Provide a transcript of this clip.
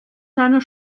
seiner